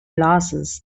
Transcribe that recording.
losses